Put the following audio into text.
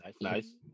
Nice